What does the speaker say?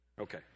Okay